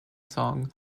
song